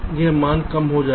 यह मान कम हो जाएगा